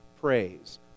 praise